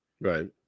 Right